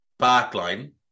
backline